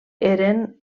eren